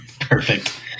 Perfect